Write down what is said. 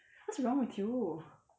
what's wrong with you